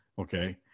Okay